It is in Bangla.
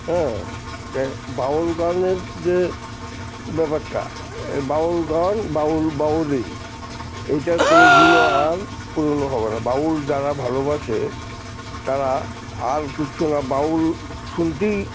হ্যাঁ বাউল গানের যে ব্যাপারটা এই বাউল গান বাউল বাউলই এইটা কোনো দিনও আর পুরনো হবে না বাউল যারা ভালোবাসে তারা আর কিচ্ছু না বাউল শুনতেই